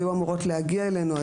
היו אמורות להגיע אלינו.